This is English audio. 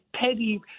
petty